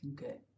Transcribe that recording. Okay